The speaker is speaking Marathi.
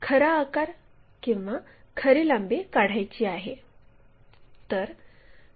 आणि आपल्याला खरा आकार किंवा खरी लांबी काढायची आहे